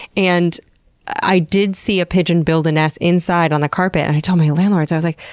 and i did see a pigeon build a nest inside, on the carpet, and i told my landlords. i was like,